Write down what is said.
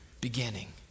beginning